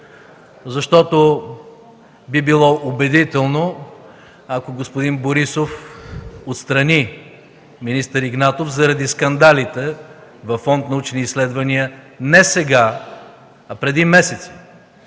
защото би било убедително, ако господин Борисов отстрани министър Игнатов заради скандалите във Фонд „Научни изследвания” не сега, а преди месеци,